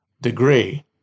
degree